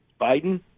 Biden